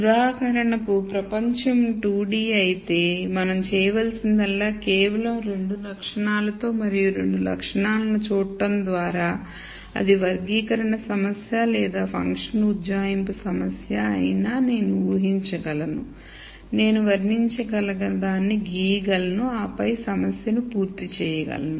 ఉదాహరణకు ప్రపంచం 2 D అయితే మనం చేయవలసిందల్లా కేవలం రెండు లక్షణాలతో మరియు రెండు లక్షణాలను చూడటం ద్వారా అది వర్గీకరణ సమస్య లేదా ఫంక్షన్ ఉజ్జాయింపు సమస్య అయినా నేను ఊహించగలను నేను వర్ణించదలిచినదాన్ని గీయగలను ఆపై సమస్య ను పూర్తి చేయగలను